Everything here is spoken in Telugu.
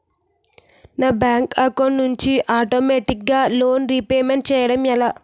నా బ్యాంక్ అకౌంట్ నుండి ఆటోమేటిగ్గా లోన్ రీపేమెంట్ చేయడం ఎలా?